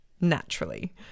naturally